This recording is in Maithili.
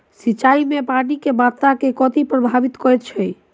सिंचाई मे पानि केँ मात्रा केँ कथी प्रभावित करैत छै?